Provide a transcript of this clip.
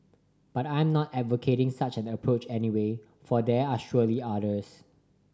but I am not advocating such an approach anyway for there are surely others